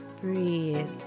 Breathe